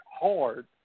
hard